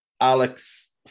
Alex